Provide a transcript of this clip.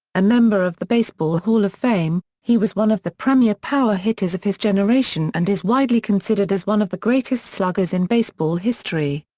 a member of the baseball hall of fame, he was one of the premier power hitters of his generation and is widely considered as one of the greatest sluggers in baseball history.